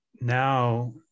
now